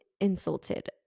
insulted